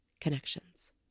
connections